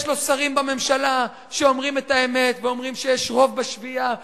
יש לו שרים בממשלה שאומרים את האמת ואומרים שיש רוב בשביעייה